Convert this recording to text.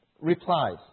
replies